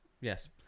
Yes